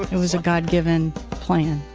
it was a god given plan.